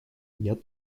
jan